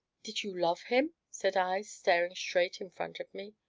did you love him? said i, staring straight in front of me.